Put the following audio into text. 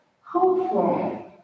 hopeful